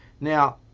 Now